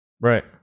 Right